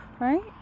right